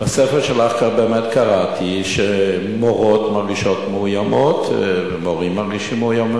בספר שלך באמת קראתי שמורות מרגישות מאוימות ומורים מרגישים מאוימים.